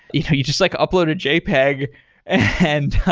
you know you just like upload a jpeg and